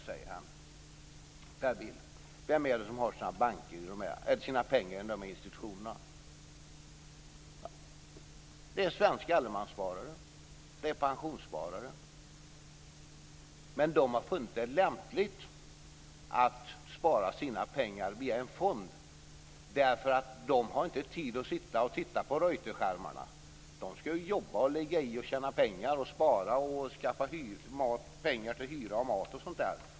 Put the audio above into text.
Vilka är det som har sina pengar i institutionerna, Per Bill? Det är svenska allemanssparare. Det är pensionssparare. De har funnit det lämpligt att spara sina pengar via en fond. De har inte tid att sitta och titta på Reuterskärmarna. De skall jobba, spara och tjäna pengar till mat och hyra.